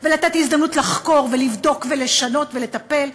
ולתת הזדמנות לחקור ולבדוק ולשנות ולטפל,